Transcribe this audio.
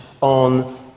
on